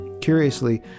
curiously